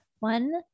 One